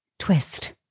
Twist